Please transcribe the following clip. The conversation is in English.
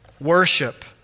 worship